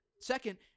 Second